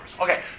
Okay